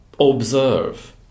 Observe